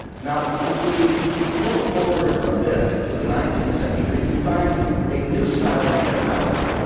now if we look forward a bit to the nineteenth century, we find a new style of technology.